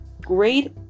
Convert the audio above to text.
great